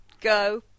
Go